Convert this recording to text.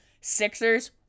sixers